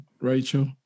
Rachel